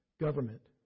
government